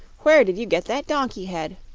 where did you get that donkey head?